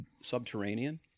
subterranean